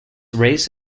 race